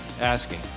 asking